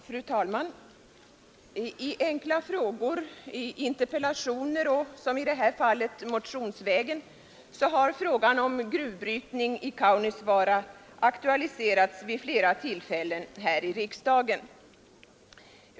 Fru talman! I enkla frågor, interpellationer och — som i det här fallet — motionsvägen har frågan om gruvbrytning i Kaunisvaara aktualiserats vid flera tillfällen här i riksdagen.